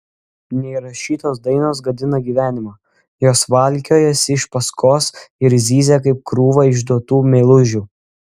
neįrašytos dainos gadina gyvenimą jos valkiojasi iš paskos ir zyzia kaip krūva išduotų meilužių